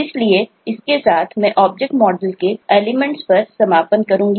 इसके साथ मैं ऑब्जेक्ट मॉडल के एलिमेंट पर का समापन करूंगा